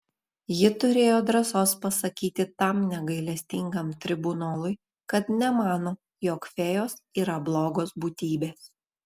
ji turėjo drąsos pasakyti tam negailestingam tribunolui kad nemano jog fėjos yra blogos būtybės